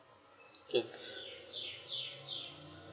K